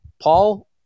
Paul